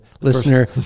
listener